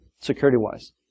security-wise